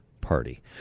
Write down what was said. Party